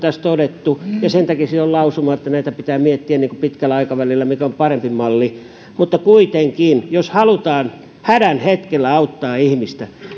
tässä todettu ja sen takia siinä on lausuma että pitää miettiä pitkällä aikavälillä mikä on parempi malli mutta kuitenkin jos halutaan hädän hetkellä auttaa ihmistä